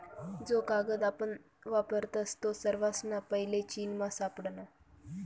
जो कागद आपण वापरतस तो सर्वासना पैले चीनमा सापडना